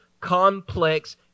complex